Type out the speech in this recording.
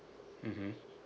mmhmm